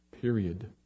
period